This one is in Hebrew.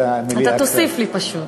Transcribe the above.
אתה תוסיף לי, פשוט.